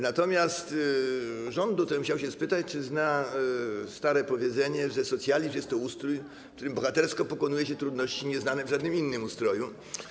Natomiast rząd chciałbym spytać, czy zna stare powiedzenie, że socjalizm jest to ustrój, w którym bohatersko pokonuje się trudności nieznane w żadnym innym ustroju.